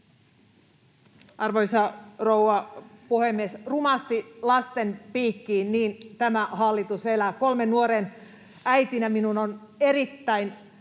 Arvoisa rouva puhemies! Rumasti lasten piikkiin — niin tämä hallitus elää. Kolmen nuoren äitinä minun on erittäin